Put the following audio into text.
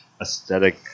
aesthetic